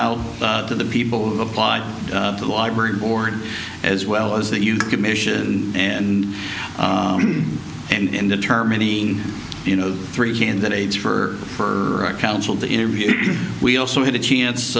out to the people who applied to the library board as well as that you commission and and in determining you know three candidates for for counsel to interview we also had a chance